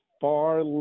far